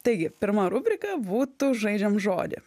taigi pirma rubrika būtų žaidžiam žodį